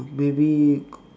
maybe